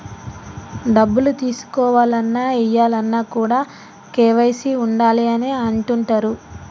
డబ్బులు తీసుకోవాలన్న, ఏయాలన్న కూడా కేవైసీ ఉండాలి అని అంటుంటరు